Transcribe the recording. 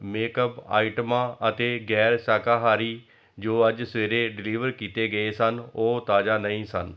makeup ਆਈਟਮਾਂ ਅਤੇ ਗੈਰ ਸ਼ਾਕਾਹਾਰੀ ਜੋ ਅੱਜ ਸਵੇਰੇ ਡਿਲੀਵਰ ਕੀਤੇ ਗਏ ਸਨ ਉਹ ਤਾਜਾ ਨਹੀਂ ਸਨ